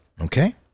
okay